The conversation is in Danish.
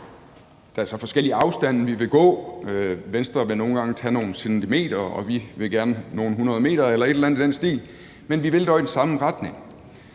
Der er så forskellige afstande, vi vil gå. Venstre vil nogle gange tage nogle centimeter, og vi vil gerne nogle 100 m eller et eller andet i den stil, men vi vil dog i den samme retning.